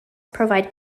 provide